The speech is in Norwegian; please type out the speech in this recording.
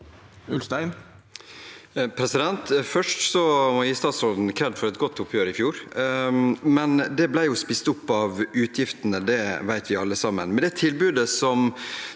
Ulstein (KrF) Først må jeg gi statsråden kred for et godt oppgjør i fjor, men det ble spist opp av utgiftene, det vet vi alle sammen. Med det tilbudet som